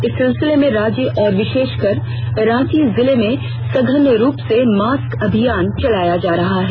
इस सिलसिले में राज्य में और विषेषकर रांची जिले में सघन रूप से मास्क अभियान चलाया जा रहा है